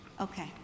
Okay